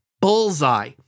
Bullseye